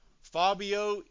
Fabio